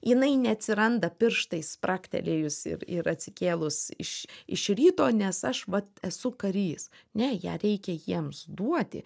jinai neatsiranda pirštais spragtelėjus ir ir atsikėlus iš iš ryto nes aš vat esu karys ne ją reikia jiems duoti